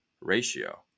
ratio